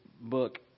book